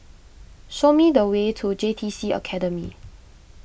show me the way to J T C Academy